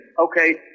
Okay